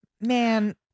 man